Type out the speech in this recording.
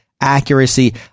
accuracy